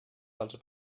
dels